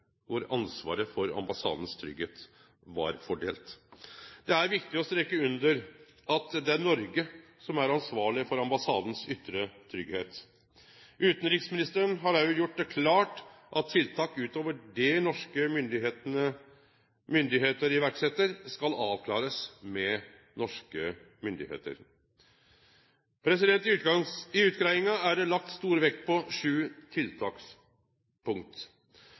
kor ansvaret for ambassaden sin tryggleik var fordelt. Det er viktig å streke under at det er Noreg som er ansvarleg for ambassaden sin ytre tryggleik. Utanriksministeren har òg gjort det klart at tiltak utover det norske myndigheiter set i verk, skal avklarast med norske myndigheiter. I utgreiinga er det lagt stor vekt på sju tiltakspunkt.